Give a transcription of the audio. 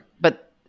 But-